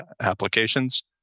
applications